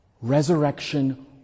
Resurrection